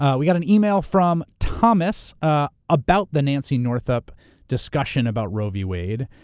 ah we got an email from thomas ah about the nancy northup discussion about roe v. wade.